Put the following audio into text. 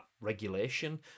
regulation